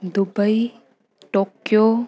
Dubai Tokyo